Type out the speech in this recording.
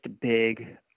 big